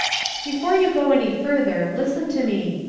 before you go any farther, listen to me.